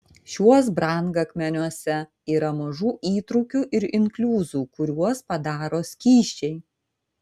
šiuos brangakmeniuose yra mažų įtrūkių ir inkliuzų kuriuos padaro skysčiai